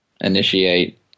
initiate